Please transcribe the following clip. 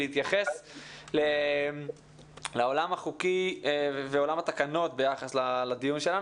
להתייחס לעולם החוקים ולעולם התקנות ביחס לדיון שלנו.